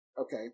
Okay